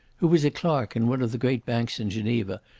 who was a clerk in one of the great banks in geneva,